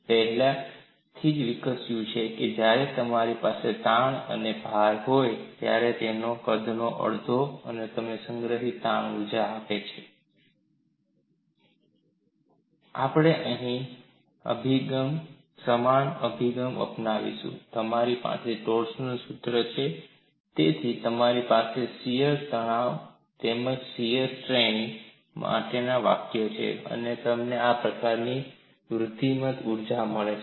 આપણે પહેલાથી જ વિકસિત કર્યું છે જ્યારે તમારી પાસે તાણ અને ભાર હોય છે ત્યારે તેનો કદ નુ અડધો તમને સંગ્રહિત તાણ ઊર્જા આપે છે